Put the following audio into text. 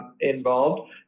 involved